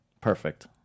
Perfect